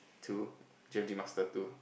two G_M_T master two